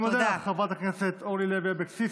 אני מודה לך, חברת הכנסת אורלי לוי אבקסיס.